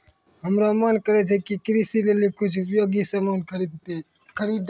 हमरो मोन करै छै कि कृषि लेली कुछ उपयोगी सामान खरीदै कै